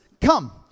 come